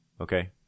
Okay